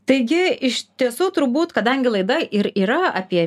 taigi iš tiesų turbūt kadangi laida ir yra apie